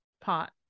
pot